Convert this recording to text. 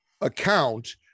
account